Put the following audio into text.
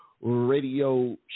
radio